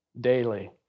daily